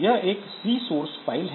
यह एक C source file है